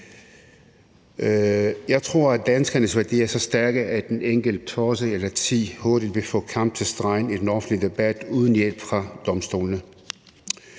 Jeg tror, at danskernes værdier er så stærke, at en enkelt tosse eller ti hurtigt vil få kamp til stregen i den offentlige debat uden hjælp fra domstolene.